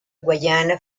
guayana